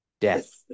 death